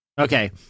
okay